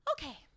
Okay